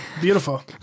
beautiful